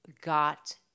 got